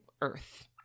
earth